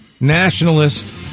nationalist